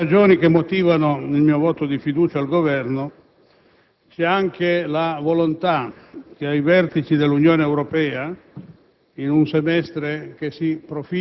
Dunque, fra le ragioni che motivano il mio voto di fiducia al Governo c'è anche la volontà che ai vertici dell'Unione Europea,